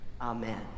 Amen